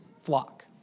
flock